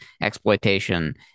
exploitation